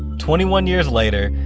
twenty one years later,